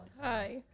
Hi